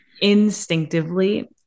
instinctively